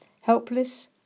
Helpless